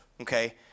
okay